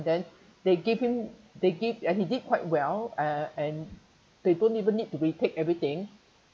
then they give him they give and he did quite well uh and they don't even need to retake everything